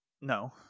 No